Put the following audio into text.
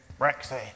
Brexit